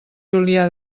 julià